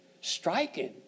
striking